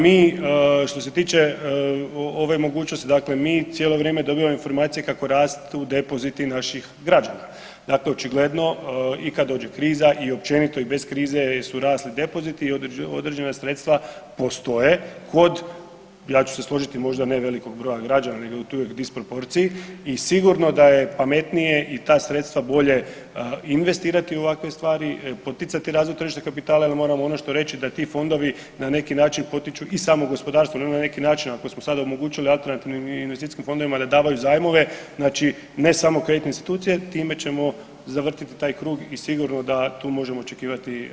Mi što se tiče ove mogućnosti, dakle mi cijelo vrijeme dobivamo informacije kako rastu depoziti naših građana, dakle očigledno i kad dođe kriza i općenito i bez krize su rasli depoziti i određena sredstva postoje kod, ja ću se složiti možda ne velikog broja građana nego u toj disproporciji i sigurno da je pametnije i ta sredstva bolje investirati u ovakve stvari, poticati razvoj tržišta kapitala jel moramo reći da ti fondovi na neki način potiču i samo gospodarstvo, ne na neki način ako smo sada omogućili alternativnim investicijskim fondovima da davaju zajmove znači ne samo kreditne institucije time ćemo zavrtiti taj krug i sigurno da tu možemo očekivati širu dobrobit.